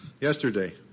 yesterday